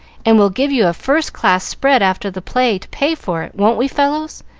and we'll give you a first-class spread after the play to pay for it. won't we, fellows?